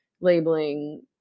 labeling